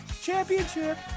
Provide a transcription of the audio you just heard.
Championship